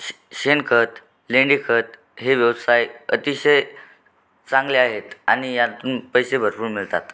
श्श शेणखत लेंडीखत हे व्यवसाय अतिशय चांगले आहेत आणि यातून पैसे भरपूर मिळतात